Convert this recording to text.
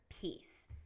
peace